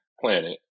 planet